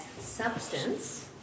substance